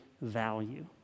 value